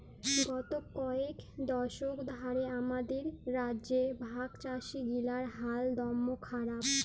গত কয়েক দশক ধ্যরে আমাদের রাজ্যে ভাগচাষীগিলার হাল দম্যে খারাপ